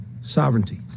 Sovereignty